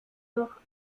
noch